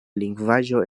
lingvaĵo